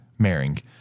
Maring